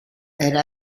era